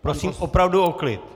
Prosím opravdu o klid.